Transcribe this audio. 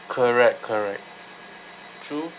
correct correct true